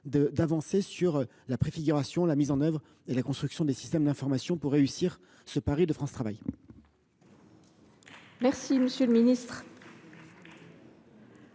d’avancer sur la préfiguration de la mise en œuvre et la construction des systèmes d’information pour réussir ce pari de France Travail. Mes chers